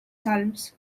salms